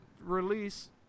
release